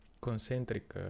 concentric